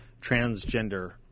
transgender